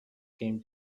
came